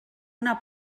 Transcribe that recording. una